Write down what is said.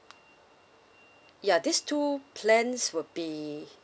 ya these two plans would be